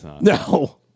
No